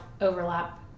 overlap